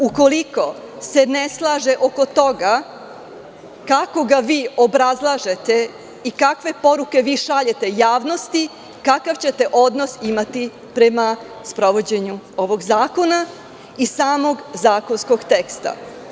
Ukoliko se ne slažete oko toga kako ga vi obrazlažete i kakve poruke vi šaljete javnosti, kakav ćete odnos imati prema sprovođenju ovog zakona i samog zakonskog teksta?